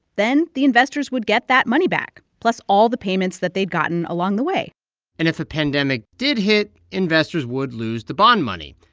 then the investors would get that money back plus all the payments that they'd gotten along the way and if a pandemic did hit, investors would lose the bond money,